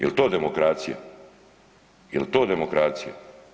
Jel to demokracija, jel to demokracija?